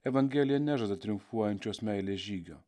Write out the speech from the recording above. evangelija nežada triumfuojančios meilės žygio